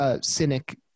cynic